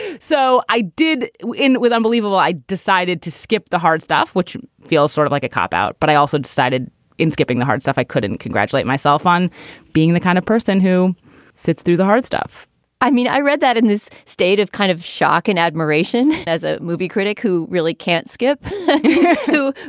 so i did it with unbelievable. i decided to skip the hard stuff, which feels sort of like a cop out. but i also decided in skipping the hard stuff, i couldn't congratulate myself on being the kind of person who sits through the hard stuff i mean, i read that in this state of kind of shock and admiration as a movie critic who really can't skip through,